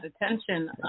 attention